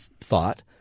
thought